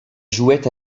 jouait